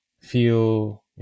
feel